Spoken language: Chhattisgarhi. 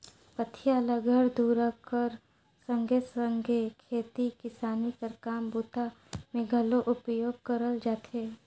पथिया ल घर दूरा कर संघे सघे खेती किसानी कर काम बूता मे घलो उपयोग करल जाथे